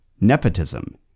Nepotism